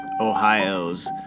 Ohio's